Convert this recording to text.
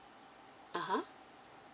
(uh huh)